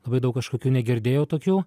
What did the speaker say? labai daug kažkokių negirdėjau tokių